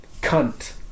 cunt